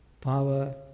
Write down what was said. power